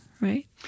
right